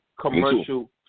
commercial